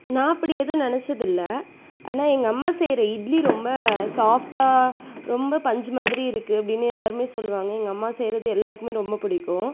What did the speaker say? நான் அப்படி எதுவும் நினச்சதில்ல ஆனால் எங்கள் அம்மா செய்யற இட்லி ரொம்ப சாஃப்ட்டாக ரொம்ப பஞ்சு மாதிரி இருக்கு அப்படின்னு எல்லாருமே சொல்வாங்க எங்கள் அம்மா செய்யுறது எல்லாருக்குமே ரொம்ப பிடிக்கும்